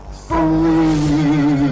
free